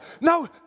No